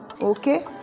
okay